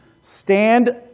Stand